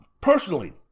personally